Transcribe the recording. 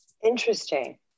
Interesting